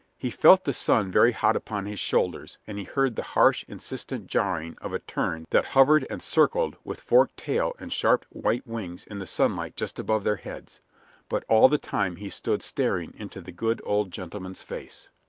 he felt the sun very hot upon his shoulders, and he heard the harsh, insistent jarring of a tern that hovered and circled with forked tail and sharp white wings in the sunlight just above their heads but all the time he stood staring into the good old gentleman's face.